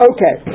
Okay